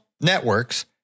networks